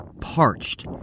parched